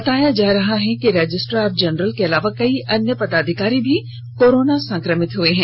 बताया जा रहा है कि रजिस्ट्रार जनरल के अलावा कई अन्य पदाधिकारी भी कोरोना संक्रमित हुए हैं